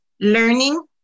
learning